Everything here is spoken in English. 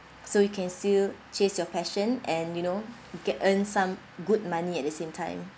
so you can still chase your passion and you know get earn some good money at the same time